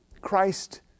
Christ